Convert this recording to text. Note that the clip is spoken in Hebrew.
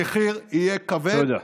המחיר יהיה כבד, תודה.